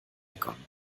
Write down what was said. begonnen